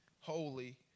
holy